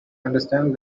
understand